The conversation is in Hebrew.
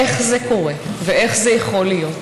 איך זה קורה ואיך זה יכול להיות,